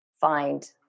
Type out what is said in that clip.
find